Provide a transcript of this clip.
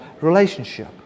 relationship